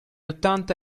ottanta